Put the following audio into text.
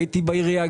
הייתי בעירייה,